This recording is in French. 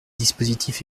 dispositifs